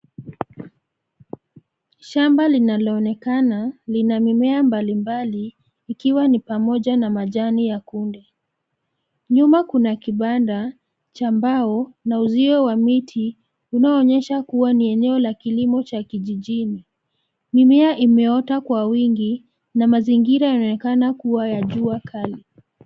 Shamba linaloonekana, lina mimea mbali mbali ikiwa ni pamoja na majani ya kunde. Nyuma kuna kibanda cha mbao na uzio wa miti unao onesha kua eneo la kilimo cha kijijini. Mimea imeota kwa wingi na mazingira yanaonekana kua ya jua kali.